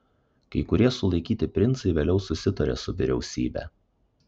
kai kurie sulaikyti princai vėliau susitarė su vyriausybe